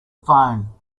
phone